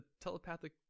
telepathic